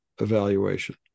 evaluation